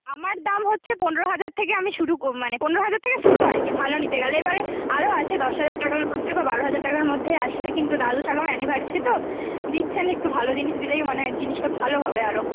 আমার দাম হচ্ছে পনেরো হাজার থেকে আমি শুরু মানে পনেরো হাজার থেকে শুরু আর কি ভালো নিতে গেলে এবারে আরো আছে দশ হাজার টাকার মধ্যে বা বারো হাজার টাকার মধ্যে আসবে কিন্তু দাদু ঠাকুমার অ্যানিভার্সারি তো দিচ্ছেন একটু ভালো জিনিস দিলেই মনে হয় জিনিসটা ভালো হবে আরো